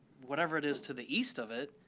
whatever it is to the east of it,